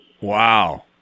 Wow